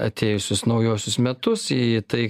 atėjusius naujuosius metus į tai